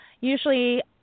Usually